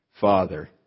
Father